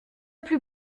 plus